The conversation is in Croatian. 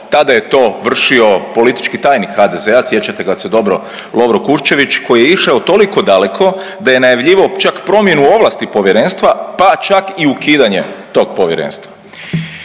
Tada je to vršio politički tajnik HDZ-a sjećate se ga dobro Lovro Kuščević koji je išao toliko daleko da je najavljivao čak promjenu ovlasti povjerenstva, pa čak i ukidanje tog povjerenstva.